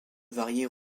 varier